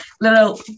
little